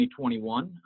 2021